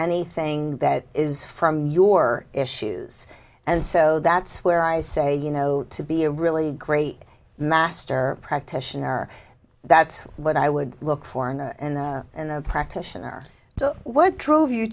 anything that is from your issues and so that's where i say you know to be a really great master practitioner that's what i would look for in a practitioner so what drove you